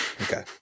Okay